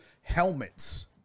helmets